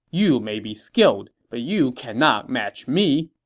you may be skilled, but you cannot match me.